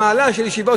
המעלה של ישיבות,